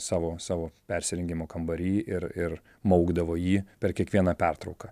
savo savo persirengimo kambary ir ir maukdavo jį per kiekvieną pertrauką